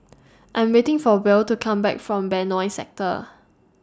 I'm waiting For Buell to Come Back from Benoi Sector